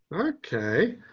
Okay